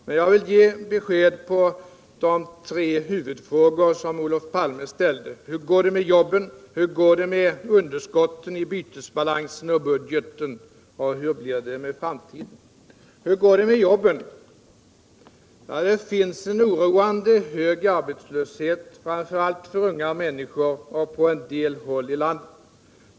Men jag skall ge svar på de tre huvudfrågor som Olof Palme ställde: Hur går det med jobben, med underskotten i bytesbalansen och budgeten och hur blir det med framtiden? Ja, hur går det med jobben? Det finns en oroande hög arbetslöshet, framför allt bland unga människor och på en del håll i landet.